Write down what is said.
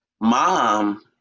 mom